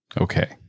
okay